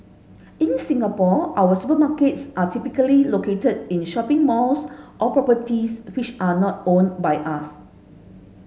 in Singapore our supermarkets are typically located in shopping malls or properties which are not owned by us